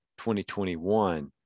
2021